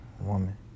woman